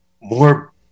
more